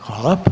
Hvala.